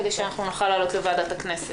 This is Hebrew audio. כדי שנוכל לעלות לוועדת הכנסת.